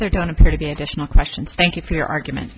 they're going to pay the additional questions thank you for your argument